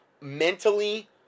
mentally